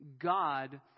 God